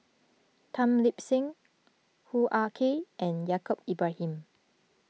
Tan Lip Seng Hoo Ah Kay and Yaacob Ibrahim